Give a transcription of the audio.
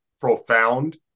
profound